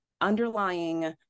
underlying